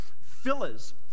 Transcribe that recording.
fillers